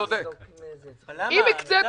אבל למה?